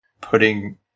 putting